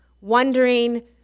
wondering